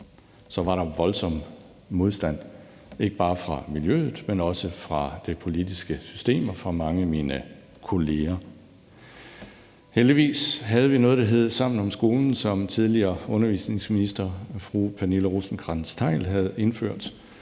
var der voldsom modstand, ikke bare fra miljøet, men også fra det politiske system og fra mange af mine kolleger. Heldigvis havde vi noget, der hed Sammen om skolen, som tidligere undervisningsminister fru Pernille Rosenkrantz-Theil havde indført,